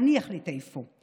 אני אחליט איפה.